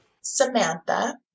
Samantha